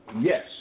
Yes